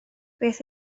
beth